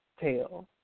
tail